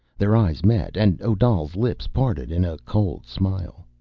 their eyes met, and odal's lips parted in a cold smile.